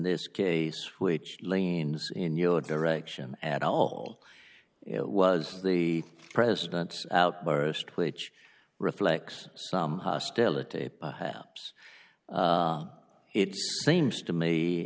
this case which leans in your direction at all it was the president's outburst which reflects some hostility perhaps it seems to me